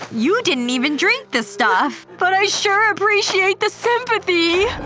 you didn't even drink the stuff! but i sure appreciate the sympathy.